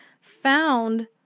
found